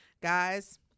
guys